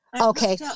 Okay